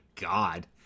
God